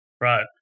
Right